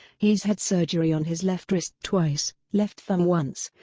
he's had surgery on his left wrist twice, left thumb once,